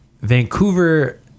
Vancouver